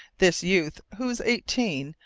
this youth, who was eighteen,